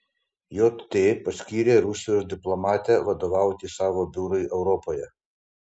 jt paskyrė rusijos diplomatę vadovauti savo biurui europoje